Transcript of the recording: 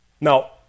Now